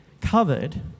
covered